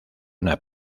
una